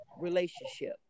relationship